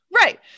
right